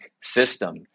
system